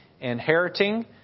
inheriting